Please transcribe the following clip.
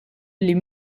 les